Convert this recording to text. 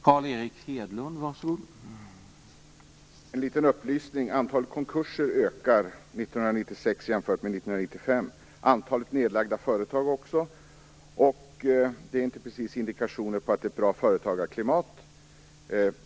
Herr talman! En liten upplysning: Antalet konkurser ökade 1996 jämfört med 1995. Antalet nedlagda företag också. Det är inte precis indikationer på att det råder ett bra företagarklimat.